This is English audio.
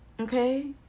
Okay